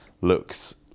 looks